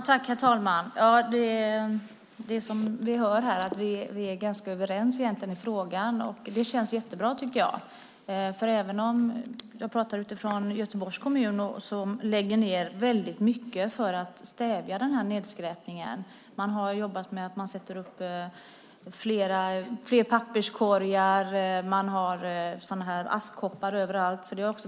Herr talman! Vi är ganska överens i frågan, och det känns jättebra. Jag pratar för Göteborgs kommun som lägger ned väldigt mycket för att stävja nedskräpningen. Man sätter upp fler papperskorgar och har askkoppar överallt.